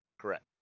Correct